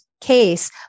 case